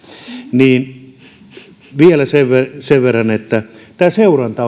vielä sen sen verran että tämä seuranta